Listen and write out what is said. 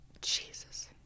Jesus